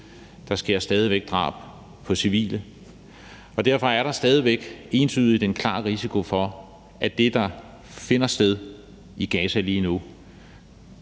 der sker stadig væk drab på civile, og derfor er der stadig væk entydigt en klar risiko for, at det, der finder sted i Gaza lige nu,